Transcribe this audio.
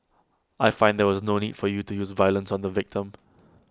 I find there was no need for you to use violence on the victim